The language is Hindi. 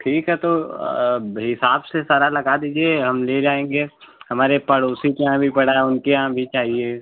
ठीक है तो अब हिसाब से सारा लगा दीजिए हम ले जाएँगे हमारे पड़ोसी के यहाँ भी पड़ा है उनके यहाँ भी चाहिए